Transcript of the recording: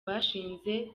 bashinze